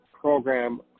program